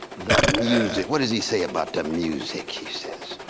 the music. what does he say about the music he says?